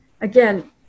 again